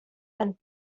and